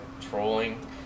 trolling